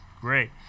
Great